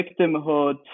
victimhood